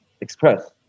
express